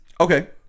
Okay